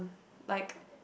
like